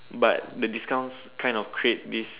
but the discounts kind of create this